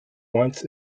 wants